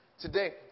Today